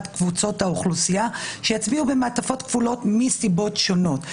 קבוצות האוכלוסייה שיצביעו במעטפות כפולות מסיבות שונות.